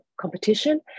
competition